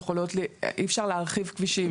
אי אפשר להרחיב כבישים,